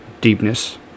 deepness